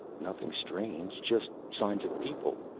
nothing strange, just signs of people.